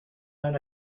own